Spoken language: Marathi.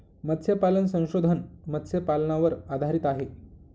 मत्स्यपालन संशोधन मत्स्यपालनावर आधारित आहे